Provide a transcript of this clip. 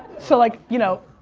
so like, you know,